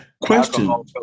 Question